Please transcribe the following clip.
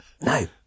No